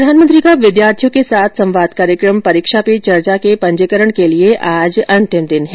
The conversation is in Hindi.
प्रधानमंत्री का विद्यार्थियों के साथ संवाद कार्यक्रम परीक्षा पे चर्चा के पंजीकरण के लिए आज अंतिम दिन है